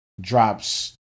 drops